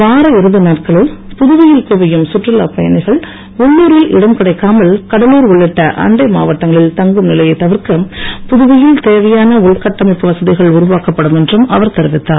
வார இறுதி நாட்களில் புதுவையில் குவியும் சுற்றுலாப் பயணிகள் உள்ளூரில் இடம் கிடைக்காமல் கடலூர் உள்ளிட்ட அண்டை மாவட்டங்களில் தங்கும் நிலையைத் தவிர்க்க புதுவையில் தேவையான உள் கட்டமைப்பு வசதிகள் உருவாக்கப்படும் என்றும் அவர் தெரிவித்தார்